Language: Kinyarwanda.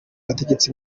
abategetsi